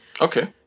Okay